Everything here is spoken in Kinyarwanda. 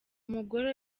umugore